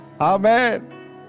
Amen